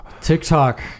TikTok